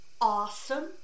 awesome